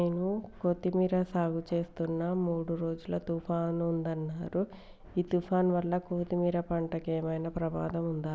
నేను కొత్తిమీర సాగుచేస్తున్న మూడు రోజులు తుఫాన్ ఉందన్నరు ఈ తుఫాన్ వల్ల కొత్తిమీర పంటకు ఏమైనా ప్రమాదం ఉందా?